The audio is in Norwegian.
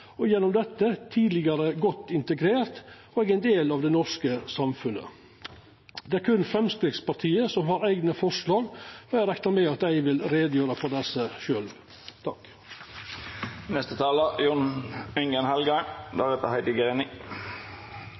og gjennom dette tidlegare godt integrert og ein del av det norske samfunnet. Det er berre Framstegspartiet som har eigne forslag, og eg reknar med at dei vil gjera greie for desse